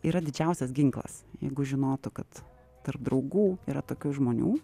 yra didžiausias ginklas jeigu žinotų kad tarp draugų yra tokių žmonių